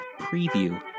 preview